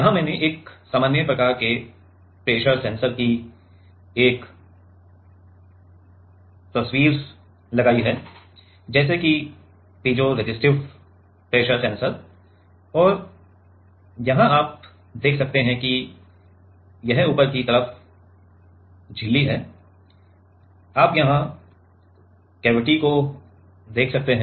यहाँ मैंने एक सामान्य प्रकार के प्रेशर सेंसर की एक तस्वीर लगाई है जैसे कि पीज़ोरेसिस्टिव प्रेशर सेंसर और वहाँ आप देख सकते हैं कि यह ऊपर की तरफ झिल्ली है आप यहाँ कैविटी देख सकते हैं